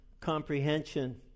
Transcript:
comprehension